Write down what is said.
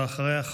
ואחריה,